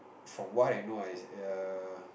from what I know is err